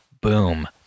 boom